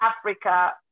Africa